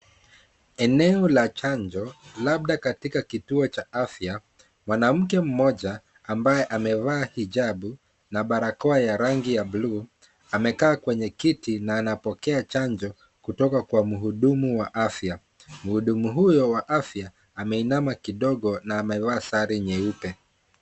Ene la chanjo, labda katika kituo cha afya. Mwanamke mmoja ambaye amevaa hijabu na barakoa ya rangi ya buluu amekaa kwenye kiti na anapokea chanjo kutoka kwa mhudumu wa afya, mhudumu huyo wa afya ameinama kidogo na amevaa sare nyeupe.